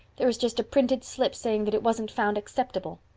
there is just a printed slip saying that it wasn't found acceptable.